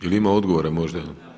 Jel' ima odgovora možda?